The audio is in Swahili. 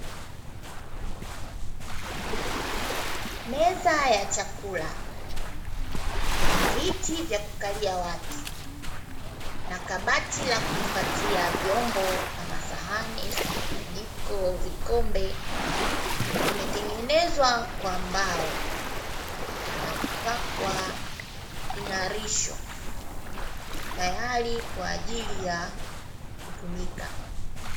Meza ya chakula, viti vya kukalia watu na kabati la kuhifadhia vyombo kama sahani, vijiko, vikombe zimetengenezwa kwa mbao na kupakwa king'arisho tayari kwa ajili ya kutumika.